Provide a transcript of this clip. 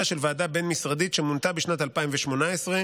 של ועדה בין-משרדית שמונתה בשנת 2018,